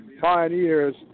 pioneers